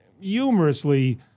humorously